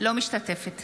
אינו נוכח יצחק פינדרוס,